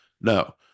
no